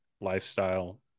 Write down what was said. lifestyle